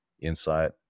insight